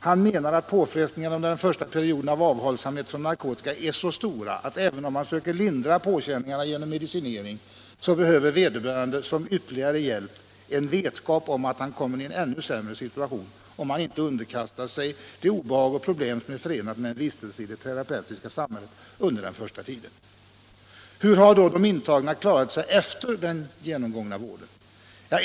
Han menar att påfrestningarna under den första perioden av avhållsamhet från narkotika är så stora att även om man söker lindra känningarna genom medicinering, så behöver vederbörande som ytterligare hjälp ha vetskap om att han kommer i en ännu sämre situation om han inte underkastar 129 amhället och att även r avslutad, SR de ut och ansågs på sig ute i Samhället och att även sig det obehag och de problem som är förenade med den första tidens vistelse i det terapeutiska samhället. Hur har då de intagna klarat sig efter den genomgångna vården?